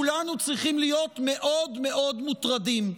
כולנו צריכים להיות מאוד מאוד מוטרדים.